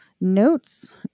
notes